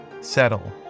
settle